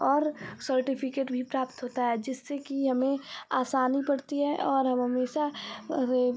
और सर्टिफिकेट भी प्राप्त होता है जिससे कि हमें आसानी पड़ती है और हम हमेशा अरे